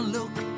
look